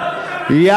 להעלות את המע"מ זה לא,